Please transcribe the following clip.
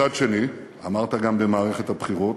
מצד שני, אמרת גם במערכת הבחירות: